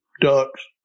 ducks